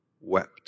wept